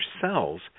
cells